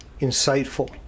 insightful